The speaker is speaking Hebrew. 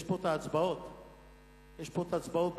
יש פה ההצבעות במליאה.